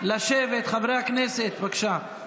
חברי הכנסת, לשבת.